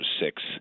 six